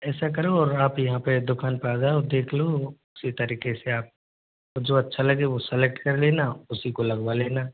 ऐसा करो और आप यहाँ पे दुकान पे आ जाओ देख लो अच्छी तरीके से आप जो अच्छा लगे वो सेलेक्ट कर लेना उसी को लगवा लेना